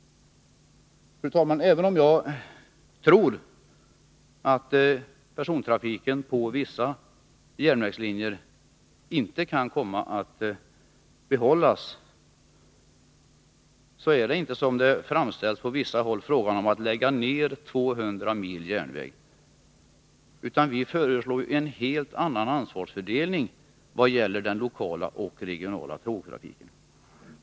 Fru talman! Även om jag tror att persontrafiken på vissa järnvägslinjer inte kan komma att behållas, är det inte, såsom det framhålls på vissa håll, fråga om att lägga ned 200 mil järnväg, utan vi föreslår en helt annan ansvarsfördelning när det gäller den lokala och regionala tågtrafiken.